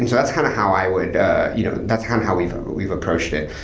and that's kind of how i would you know that's how how we've ah we've approached it.